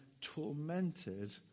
tormented